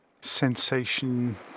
sensation